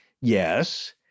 yes